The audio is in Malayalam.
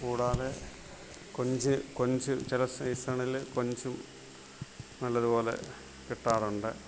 കൂടാതെ കൊഞ്ച് കൊഞ്ച് ചില സീസണിൽ കൊഞ്ചും നല്ലതുപോലെ കിട്ടാറുണ്ട്